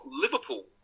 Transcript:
Liverpool